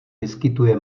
vyskytuje